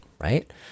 right